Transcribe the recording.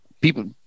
people